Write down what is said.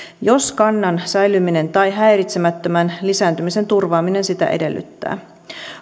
jos kannan säilyminen tai häiritsemättömän lisääntymisen turvaaminen sitä edellyttää